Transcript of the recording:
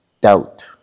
doubt